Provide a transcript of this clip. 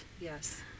Yes